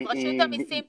אז רשות המסים תתחשבן,